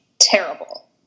terrible